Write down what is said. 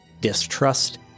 distrust